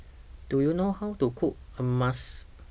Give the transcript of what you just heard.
Do YOU know How to Cook Hummus